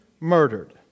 murdered